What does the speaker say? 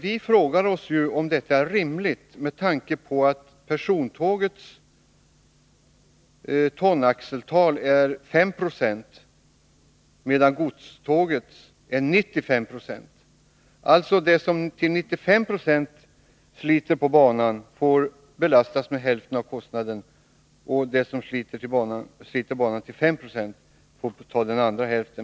Vi frågar oss om detta är rimligt med tanke på att persontågets tonaxeltal är 5 20 medan godstågets är 95 26. Det som alltså till 95 96 sliter banan belastas med hälften av kostnaden, medan det som sliter banan till 5 96 får betala den andra hälften.